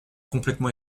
complètement